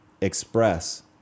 express